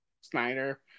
Snyder